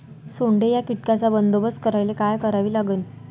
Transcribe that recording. सोंडे या कीटकांचा बंदोबस्त करायले का करावं लागीन?